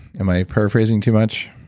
am i paraphrasing too much?